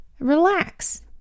Relax